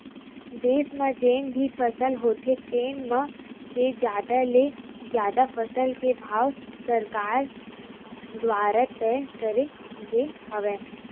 देस म जेन भी फसल होथे तेन म के जादा ले जादा फसल के भाव सरकार दुवारा तय करे गे हवय